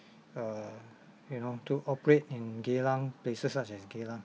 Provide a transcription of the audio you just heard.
uh you know to operate in geylang places such as geylang